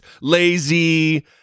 lazy